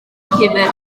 llyfr